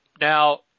Now